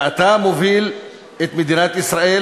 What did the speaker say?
ואתה מוביל את מדינת ישראל,